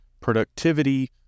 productivity